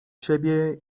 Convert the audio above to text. siebie